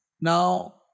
now